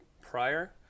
prior